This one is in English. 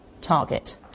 target